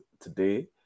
today